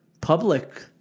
public